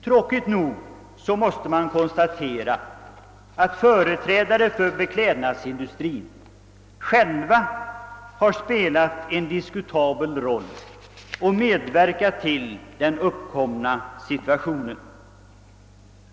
Tråkigt nog måste jag konstatera att företrädare för beklädnadsindustrin själva har spelat en diskutabel roll och medverkat till den uppkomna situationen.